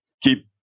keep